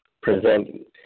present